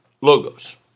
Logos